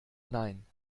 nein